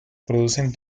producen